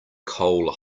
coal